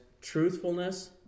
truthfulness